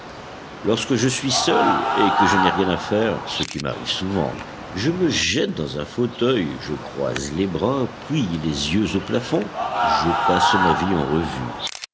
lorsque je suis seul et que je n'ai rien à faire ce qui m'arrive souvent je me jette dans un fauteuil je croise les bras puis les yeux au plafond je passe ma vie en revue